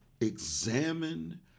examine